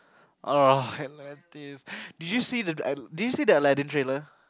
ugh Atlantis did you see the did you see the Aladdin trailer